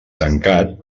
tancat